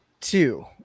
Two